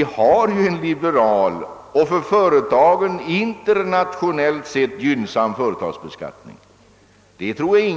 Det måste sägas att vi har en liberal och för företagen internationellt sett gynnsam företagsbeskattning — det tror jag